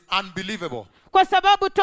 unbelievable